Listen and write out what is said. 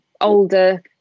older